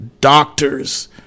doctors